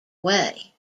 way